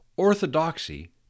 orthodoxy